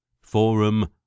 Forum